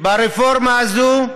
ברפורמה הזאת.